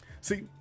See